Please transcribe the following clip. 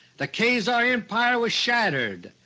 the khazar empire was shattered,